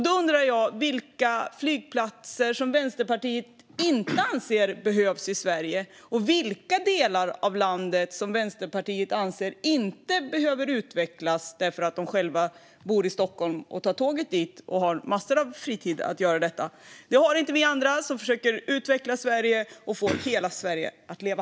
Då undrar jag vilka flygplatser som Vänsterpartiet anser inte behövs i Sverige och vilka delar av landet som Vänsterpartiet anser inte behöver utvecklas eftersom de själva bor i Stockholm, tar tåget dit och har massor av fritid att göra detta. Det har inte vi andra som försöker att utveckla Sverige och få hela Sverige att leva.